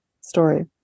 story